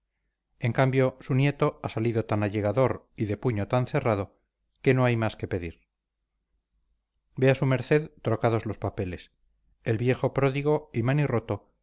en cambio su nieto ha salido tan allegador y de puño tan cerrado que no hay más que pedir vea su merced trocados los papeles el viejo pródigo y manirroto como